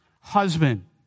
husband